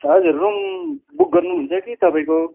हजुर room book गर्नु हुन्छ कि तपाईँको